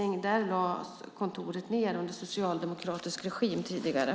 Kontoret där lades nämligen ned under den tidigare socialdemokratiska regimen.